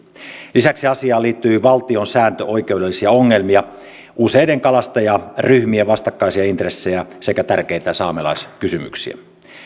lisäksi asiaan liittyy valtiosääntöoikeudellisia ongelmia useiden kalastajaryhmien vastakkaisia intressejä sekä tärkeitä saamelaiskysymyksiä